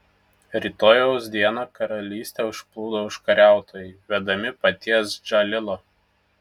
rytojaus dieną karalystę užplūdo užkariautojai vedami paties džalilo